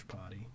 party